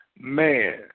man